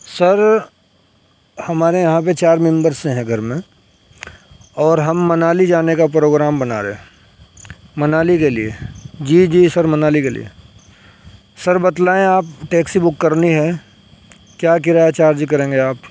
سر ہمارے یہاں پہ چار ممبرس ہیں گھر میں اور ہم منالی جانے کا پروگرام بنا رہے منالی کے لیے جی جی سر منالی کے لیے سر بتلائیں آپ ٹیکسی بک کرنی ہے کیا کرایہ چارج کریں گے آپ